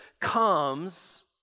comes